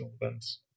events